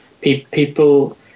People